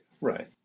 Right